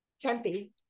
tempe